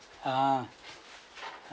ah